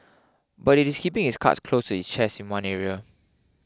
but it is keeping its cards close to its chest in one area